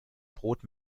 brot